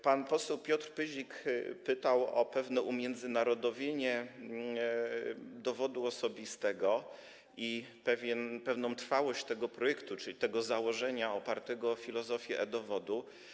Pan poseł Piotr Pyzik pytał o pewne umiędzynarodowienie dowodu osobistego i pewną trwałość tego projektu, czyli tego założenia opartego na filozofii stosowania e-dowodu.